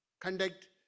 conduct